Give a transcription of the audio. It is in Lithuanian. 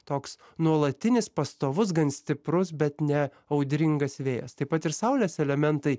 toks nuolatinis pastovus gan stiprus bet ne audringas vėjas taip pat ir saulės elementai